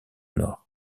nord